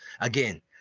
again